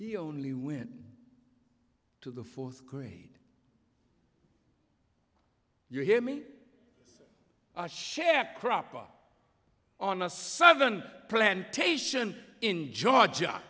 he only went to the fourth could you hear me share cropper on our southern plantation in georgia